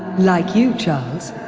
like you charles,